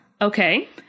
Okay